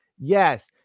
Yes